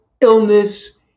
illness